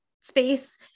space